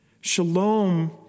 Shalom